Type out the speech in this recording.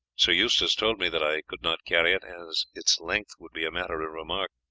sir eustace told me that i could not carry it, as its length would be a matter remark,